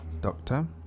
Doctor